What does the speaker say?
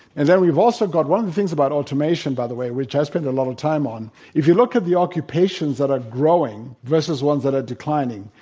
and then we've also got one of the things about automation, by the way, which i spend a lot of time on if you look at the occupations that are growing versus ones that are declining,